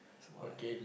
boy